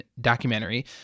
documentary